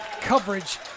coverage